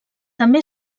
també